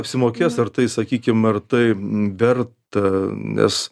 apsimokės ar tai sakykim ar tai verta nes